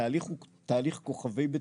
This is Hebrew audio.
התהליך הוא תהליך כוכבי בטיחות,